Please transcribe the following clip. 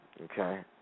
Okay